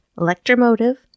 electromotive